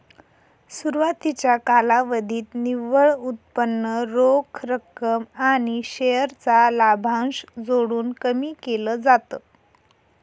सुरवातीच्या कालावधीत निव्वळ उत्पन्न रोख रक्कम आणि शेअर चा लाभांश जोडून कमी केल जात